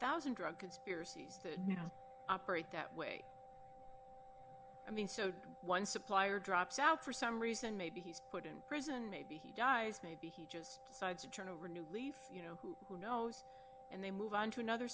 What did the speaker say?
thousand drug conspiracies operate that way i mean so one supplier drops out for some reason maybe he's put in prison maybe he dies maybe he just decided to turn over a new leaf you know who knows and they move on to another